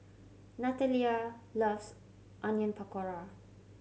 Nathalia loves Onion Pakora